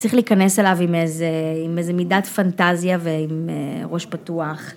צריך להיכנס אליו עם איזה מידת פנטזיה ועם ראש פתוח.